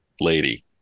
lady